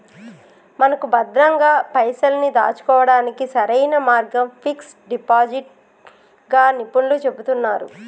మనకు భద్రంగా పైసల్ని దాచుకోవడానికి సరైన మార్గం ఫిక్స్ డిపాజిట్ గా నిపుణులు చెబుతున్నారు